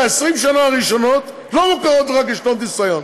20 השנה הראשונות לא מוכרות לך כשנות ניסיון,